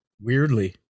Weirdly